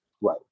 Right